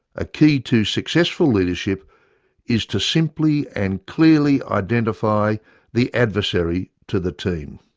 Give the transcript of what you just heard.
a key to successful leadership is to simply and clearly identify the adversary to the team.